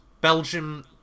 Belgium